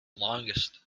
longest